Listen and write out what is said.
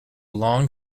long